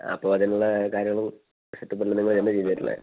അപ്പോൾ അതിനുള്ള കാര്യങ്ങളും സെറ്റപ്പും എന്നാൽ നിങ്ങൾ തന്നെ ചെയ്ത് തെരില്ലേ